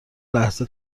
لحظه